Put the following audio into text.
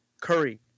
Curry